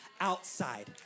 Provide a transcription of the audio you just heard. outside